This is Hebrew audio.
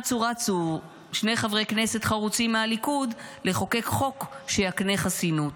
אצו רצו שני חברי כנסת חרוצים מהליכוד לחוקק חוק שיקנה חסינות.